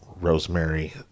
rosemary